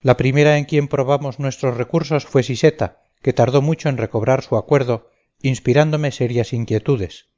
la primera en quien probamos nuestros recursos fue siseta que tardó mucho en recobrar su acuerdo inspirándome serias inquietudes